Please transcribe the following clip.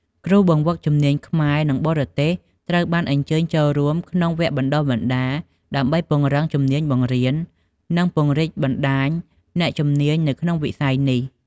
គ្រូបង្វឹកជំនាញខ្មែរនិងបរទេសត្រូវបានអញ្ជើញចូលរួមក្នុងវគ្គបណ្តុះបណ្តាល ដើម្បីពង្រឹងជំនាញបង្រៀន និងពង្រីកបណ្តាញអ្នកជំនាញនៅក្នុងវិស័យនេះ។